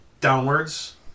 downwards